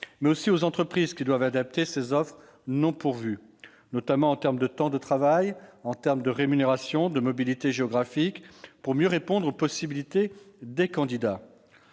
du ressort des entreprises, qui doivent adapter ces offres non pourvues, notamment en termes de temps de travail, de rémunérations, de mobilité géographique, pour mieux répondre aux possibilités des candidats.